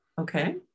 Okay